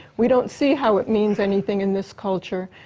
we don't see how it means anything in this culture.